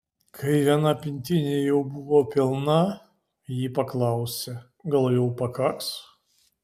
kai viena pintinė jau buvo pilna ji paklausė gal jau pakaks